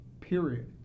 Period